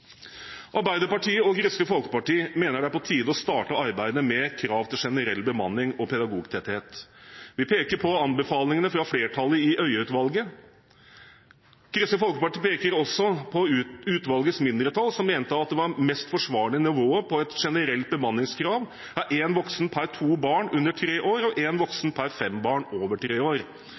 Arbeiderpartiet og Kristelig Folkeparti mener det er på tide å starte arbeidet med krav til generell bemanning og pedagogtetthet. Vi peker på anbefalingene fra flertallet i Øie-utvalget. Kristelig Folkeparti peker også på at utvalgets mindretall mente at det mest forsvarlige nivået på et generelt bemanningskrav er én voksen per to barn under tre år og én voksen per fem barn over tre år.